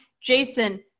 Jason